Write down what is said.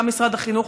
גם משרד החינוך,